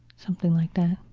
something like that.